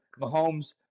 Mahomes